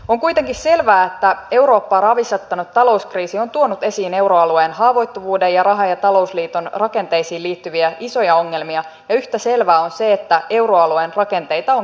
on kuitenkin selvää että eurooppaa ravisuttanut talouskriisi on tuonut esiin euroalueen haavoittuvuuden ja raha ja talousliiton rakenteisiin liittyviä isoja ongelmia ja yhtä selvää on se että euroalueen rakenteita on kehitettävä